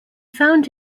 found